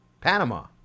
Panama